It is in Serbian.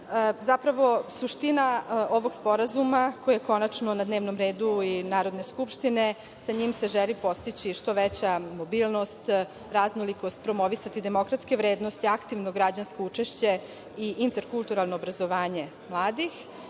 Zapravo, suština ovog sporazuma, koji je konačno na dnevnom redu Narodne skupštine, sa njim se želi postići što veća mobilnost, raznolikost, promovisati demokratske vrednosti, aktivno građansko učešće i interkulturalno obrazovanje mladih.